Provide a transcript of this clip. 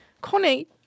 Connie